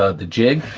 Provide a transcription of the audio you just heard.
ah the jig,